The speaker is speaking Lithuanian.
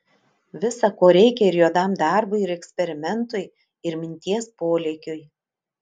visa ko reikia ir juodam darbui ir eksperimentui ir minties polėkiui